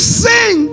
sing